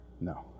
No